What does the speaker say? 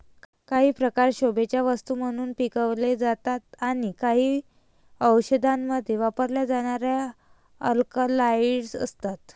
काही प्रकार शोभेच्या वस्तू म्हणून पिकवले जातात आणि काही औषधांमध्ये वापरल्या जाणाऱ्या अल्कलॉइड्स असतात